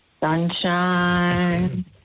Sunshine